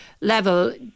level